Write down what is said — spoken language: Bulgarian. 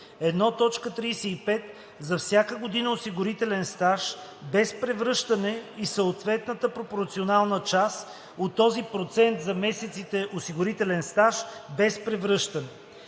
1,35 за всяка година осигурителен стаж без превръщане и съответната пропорционална част от този процент за месеците осигурителен стаж без превръщане;